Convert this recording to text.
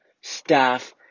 staff